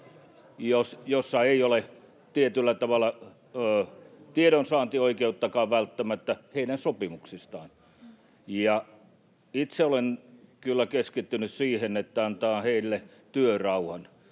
jossa ei ole tietyllä tavalla välttämättä tiedonsaantioikeuttakaan heidän sopimuksistaan. Ja itse olen kyllä keskittynyt antamaan heille työrauhan.